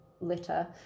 litter